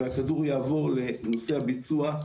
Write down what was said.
הכדור יעבור לנושא הביצוע,